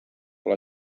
pla